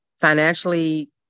financially